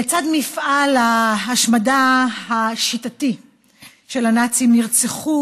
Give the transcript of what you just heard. לצד מפעל ההשמדה השיטתי של הנאצים נרצחו